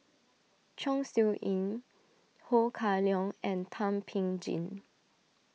Chong Siew Ying Ho Kah Leong and Thum Ping Tjin